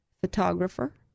photographer